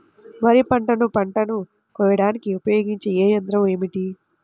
వరిపంటను పంటను కోయడానికి ఉపయోగించే ఏ యంత్రం ఏమిటి?